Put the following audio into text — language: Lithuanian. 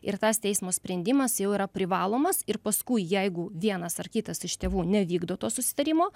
ir tas teismo sprendimas jau yra privalomas ir paskui jeigu vienas ar kitas iš tėvų nevykdo to susitarimo